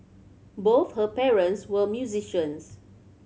both her parents were musicians